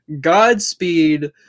Godspeed